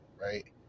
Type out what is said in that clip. right